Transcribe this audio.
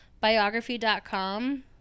biography.com